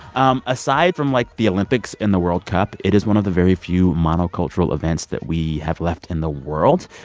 um aside from, like, the olympics and the world cup, it is one of the very few monocultural events that we have left in the world.